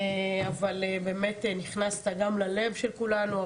אבל באמת נכנסת גם ללב של כולנו,